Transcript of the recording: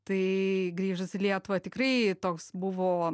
tai grįžus į lietuvą tikrai toks buvo